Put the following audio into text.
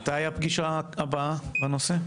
מתי הפגישה הבאה בנושא?